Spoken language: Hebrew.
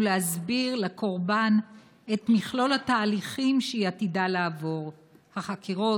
ולהסביר לקורבן את מכלול התהליכים שהיא עתידה לעבור: החקירות,